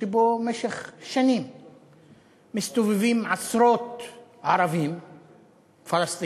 שבו במשך שנים מסתובבים עשרות ערבים פלסטינים